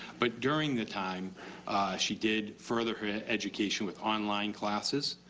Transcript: but during the time she did further her and education with on-line classes.